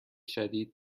شدید